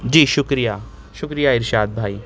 جی شکریہ شکریہ ارشاد بھائی